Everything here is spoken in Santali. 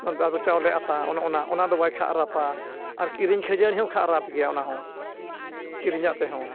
ᱵᱟᱝ ᱫᱚ ᱪᱟᱣᱞᱮ ᱟᱛᱟ ᱚᱱᱮ ᱚᱱᱟ ᱚᱱᱟ ᱫᱚ ᱵᱟᱭ ᱠᱷᱟᱨᱟᱯᱟ ᱟᱨ ᱠᱤᱨᱤᱧ ᱠᱷᱟᱹᱡᱟᱹᱲᱤ ᱦᱚᱸ ᱠᱷᱟᱨᱟᱯ ᱜᱮᱭᱟ ᱚᱱᱟ ᱦᱚᱸ ᱠᱤᱨᱤᱧᱟᱜ ᱛᱮᱦᱚᱸ